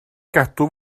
gadw